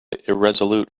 irresolute